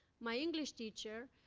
my english teacher.